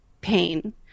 pain